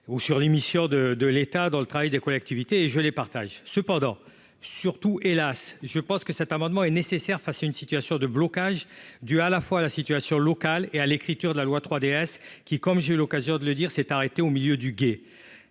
Ou sur l'émission de de l'État dans le travail des collectivités et je les partage cependant surtout hélas je pense que cet amendement est nécessaire face à une situation de blocage dû à la fois à la situation locale et à l'écriture de la loi 3DS qui comme j'ai eu l'occasion de le dire s'est arrêté au milieu du gué.